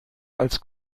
als